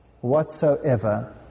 whatsoever